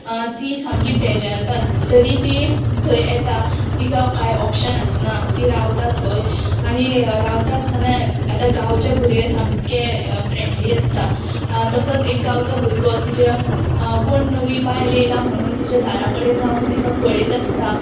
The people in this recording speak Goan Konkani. ती सामकी बेजारता तरी ती थंय येता तिका कांय ऑप्शन आसना ती रावता थंय आनी रावता आसतना आतां गांवचे भुरगे सामके फ्रेंडली आसता तसोच एक गांवचो भुरगो तिजे कोण नवी बायल येयला म्हणून तिच्या दारा कडेन रावन तिका पळयत आसता